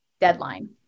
deadline